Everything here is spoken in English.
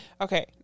Okay